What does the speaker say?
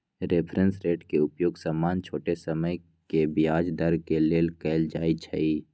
reference rate के उपयोग सामान्य छोट समय के ब्याज दर के लेल कएल जाइ छइ